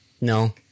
No